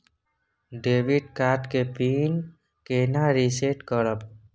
Debit card के PIN केना reset करब?